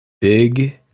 Big